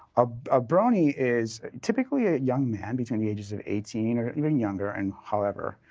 ah a brony is typically a young man between the ages of eighteen, or even younger, and however,